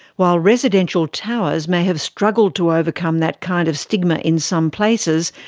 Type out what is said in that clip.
while residential towers may have struggled to overcome that kind of stigma in some places,